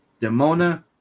Demona